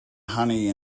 honey